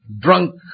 drunk